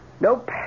Nope